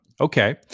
Okay